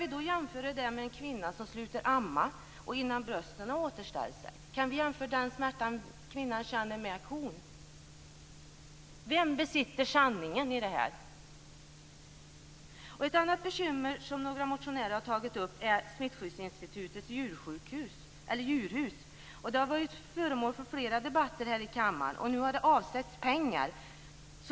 Kan vi jämföra den smärta som en kvinna som slutar amma känner innan brösten har återställt sig med kons smärta? Vem besitter sanningen i denna fråga? Ett annat bekymmer som några motionärer har tagit upp gäller Smittskyddsinstitutets djurhus. Det har varit föremål för flera debatter här i kammaren. Nu har det avsatts pengar.